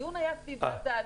הדיון היה סביב מה זה עלות.